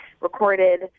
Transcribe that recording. recorded